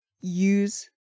use